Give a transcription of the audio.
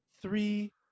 Three